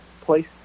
place